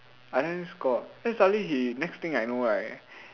I let him score then suddenly he next thing I know right